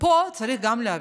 ופה צריך גם להבין,